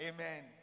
Amen